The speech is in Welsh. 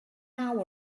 naw